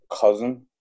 cousin